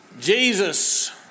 Jesus